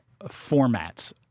formats